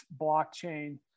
blockchain